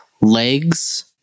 Legs